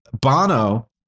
Bono